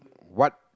what